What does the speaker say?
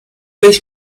beş